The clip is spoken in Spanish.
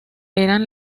eran